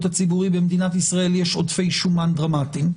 הציבורי במדינת ישראל יש עודפי שומן דרמטיים,